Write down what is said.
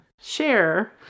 share